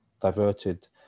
diverted